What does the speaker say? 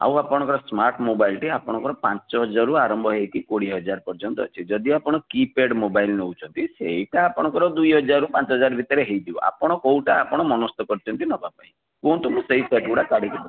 ଆଉ ଆପଣଙ୍କର smart mobile ଟି ଆପଣଙ୍କର ପାଞ୍ଚହଜାର୍ରୁ ଆରମ୍ଭ ହେଇକି କୋଡ଼ିଏ ହଜାର ପର୍ଯ୍ୟନ୍ତ ଅଛି ଯଦି ଆପଣ କିପ୍ୟାଡ଼ ମୋବାଇଲ୍ ନେଉଛନ୍ତି ସେଇଟା ଆପଣଙ୍କର ଦୁଇ ହଜାରରୁ ପାଞ୍ଚହଜାର ଭିତରେ ହେଇଯିବ ଆପଣ କୋଉଟା ଆପଣ ମନସ୍ତ କରିଚନ୍ତି ନେବାପାଇଁ କୁହନ୍ତୁ ମୁଁ ସେଇ ପ୍ୟାକ୍ ଗୁଡ଼ା କାଢ଼ିକି ଦେବି